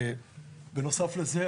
בנוסף לזה,